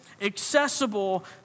accessible